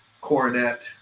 coronet